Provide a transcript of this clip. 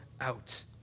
out